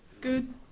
Good